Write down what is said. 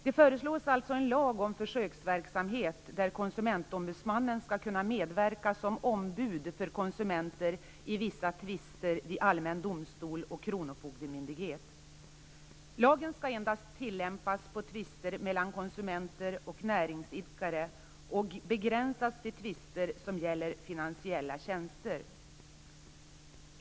Det föreslås en lag om försöksverksamhet där KO skall kunna medverka som ombud för konsumenter i vissa tvister vid allmän domstol och kronofogdemyndighet. Lagen skall endast tillämpas på tvister mellan konsumenter och näringsidkare och begränsas till tvister som gäller finansiella tjänster.